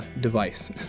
device